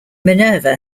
minerva